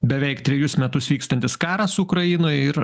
beveik trejus metus vykstantis karas ukrainoj ir